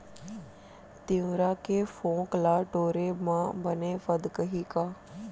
तिंवरा के फोंक ल टोरे म बने फदकही का?